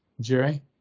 Jerry